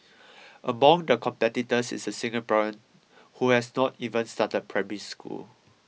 among the competitors is a Singaporean who has not even started primary school